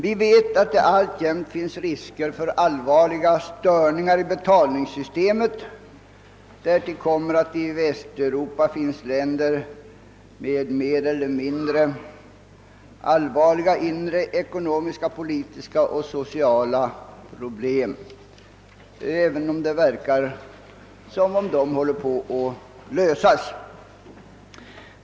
Vi vet att det alltjämt finns risker för allvarliga störningar i betalningssystemet. Därtill kommer att det i Västeuropa finns länder med mer eller mindre allvarliga inre ekonomiska, politiska och sociala problem, även om det verkar som om de håller på att lösas.